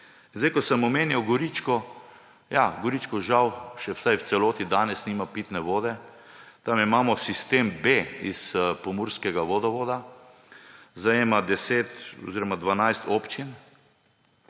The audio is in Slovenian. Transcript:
sem Goričko. Ja, Goričko, žal, vsaj v celoti še danes nima pitne vode. Tam imamo sistem B iz pomurskega vodovoda, zajema 10 oziroma 12 občin.